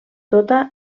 tota